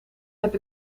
heb